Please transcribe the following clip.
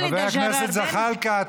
חבר הכנסת זחאלקה,